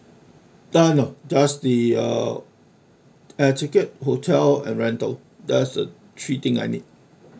ah no just the uh air ticket hotel and rental that's the three thing I need